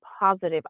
positive